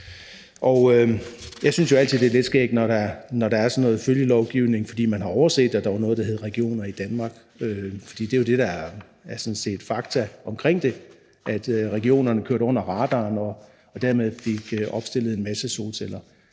Jeg synes jo altid, det er lidt skægt, når der er sådan noget følgelovgivning, fordi man har overset, at der er noget, der hedder regioner i Danmark – for det er jo sådan set det, der er fakta omkring det, altså at regionerne kørte under radaren og dermed fik opstillet en masse solcelleanlæg.